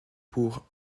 pour